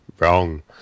Wrong